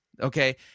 Okay